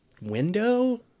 window